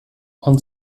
und